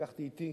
שלקחתי אתי